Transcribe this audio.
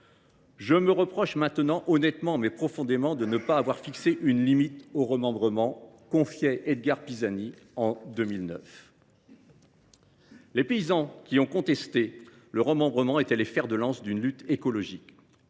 Je me reproche maintenant, honnêtement, mais profondément, de ne pas avoir fixé une limite au remembrement », confiait lui aussi Edgard Pisani en 2009. Les paysans qui ont contesté le remembrement étaient le fer de lance de la lutte écologique.